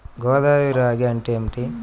గోదావరి రాగి అంటే ఏమిటి?